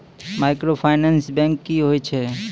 Microfinance bank की होय छै?